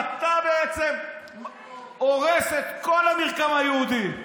אתה בעצם הורס את כל המרקם היהודי.